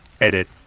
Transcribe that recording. Edit